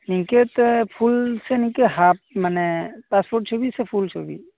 ᱱᱤᱝᱠᱟ ᱛᱮ ᱯᱷᱩᱞ ᱥᱮ ᱱᱤᱝᱠᱟ ᱦᱟᱯ ᱢᱟᱱᱮ ᱯᱟᱥᱯᱳᱨᱴ ᱪᱷᱩᱵᱤ ᱥᱮ ᱯᱷᱩᱞ ᱪᱷᱩᱵᱤ